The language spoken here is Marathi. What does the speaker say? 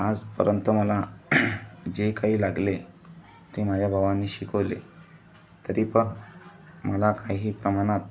आजपर्यंत मला जे काही लागले ते माझ्या भावानी शिकवले तरीपण मला काही प्रमाणात